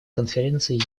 конференций